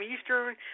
Eastern